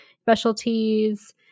specialties